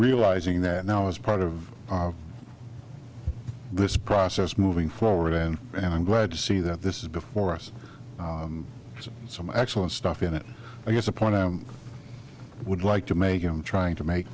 realizing that now as part of this process moving forward and and i'm glad to see that this is before us and some excellent stuff in it i guess a point i would like to make i'm trying to make